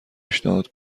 پیشنهاد